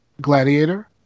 Gladiator